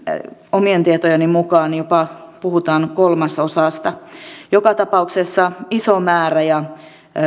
omien tietojeni mukaan puhutaan jopa kolmasosasta joka tapauksessa iso määrä ja